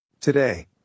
Today